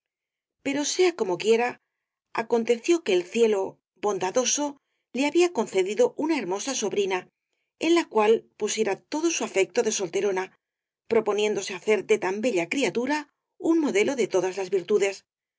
pero sea como quiera aconteció que el cielo bondadoso le había concedido una hermosa sobrina en la cual pusiera todo su afecto de solterona proponiéndose hacer de tan bella criatura un modelo de todas las virtudes